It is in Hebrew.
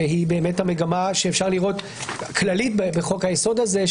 שהיא באמת המגמה הכללית שאפשר לראות בחוק-היסוד הזה,